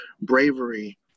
bravery